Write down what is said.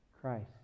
Christ